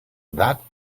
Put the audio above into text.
that